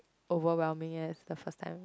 overwhelming as the first time